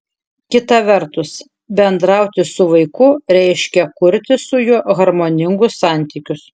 kita vertus bendrauti su vaiku reiškia kurti su juo harmoningus santykius